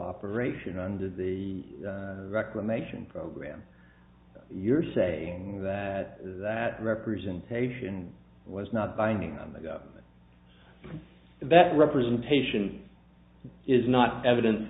operation under the reclamation program you're saying that that representation was not binding on the go that representation is not evidence